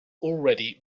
already